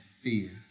fear